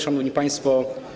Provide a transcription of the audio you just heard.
Szanowni Państwo!